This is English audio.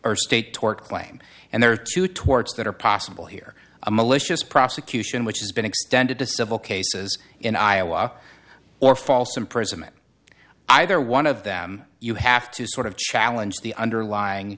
state tort claim and there are two torts that are possible here a malicious prosecution which has been extended to civil cases in iowa or false imprisonment either one of them you have to sort of challenge the underlying